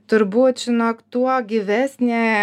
turbūt žinok tuo gyvesnė